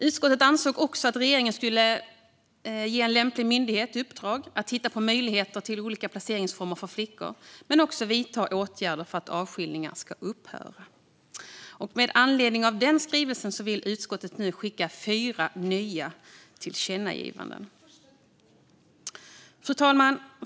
Utskottet ansåg även att regeringen skulle ge en lämplig myndighet i uppdrag att titta på möjligheter till olika placeringsformer för flickor men också att vidta åtgärder för att avskiljningar ska upphöra. Med anledning av den skrivelsen vill utskottet nu skicka fyra nya tillkännagivanden. Fru talman!